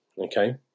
okay